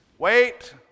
Wait